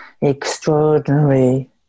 extraordinary